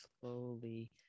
slowly